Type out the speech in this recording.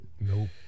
Nope